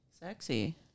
Sexy